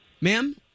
Ma'am